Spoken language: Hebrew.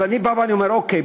אז אני בא ואומר: אוקיי,